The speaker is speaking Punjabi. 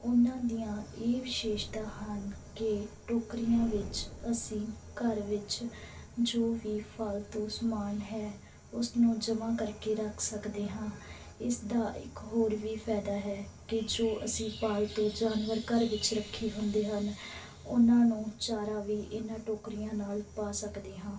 ਉਨ੍ਹਾਂ ਦੀਆਂ ਇਹ ਵਿਸ਼ੇਸ਼ਤਾ ਹਨ ਕਿ ਟੋਕਰੀਆਂ ਵਿੱਚ ਅਸੀਂ ਘਰ ਵਿੱਚ ਜੋ ਵੀ ਫਾਲਤੂ ਸਮਾਨ ਹੈ ਉਸ ਨੂੰ ਜਮ੍ਹਾਂ ਕਰਕੇ ਰੱਖ ਸਕਦੇ ਹਾਂ ਇਸ ਦਾ ਇੱਕ ਹੋਰ ਵੀ ਫਾਇਦਾ ਹੈ ਕਿ ਜੋ ਅਸੀਂ ਪਾਲਤੂ ਜਾਨਵਰ ਘਰ ਵਿੱਚ ਰੱਖੇ ਹੁੰਦੇ ਹਨ ਉਹਨਾਂ ਨੂੰ ਚਾਰਾ ਵੀ ਇਹਨਾਂ ਟੋਕਰੀਆਂ ਨਾਲ ਪਾ ਸਕਦੇ ਹਾਂ